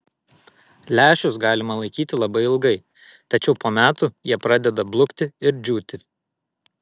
lęšius galima laikyti labai ilgai tačiau po metų jie pradeda blukti ir džiūti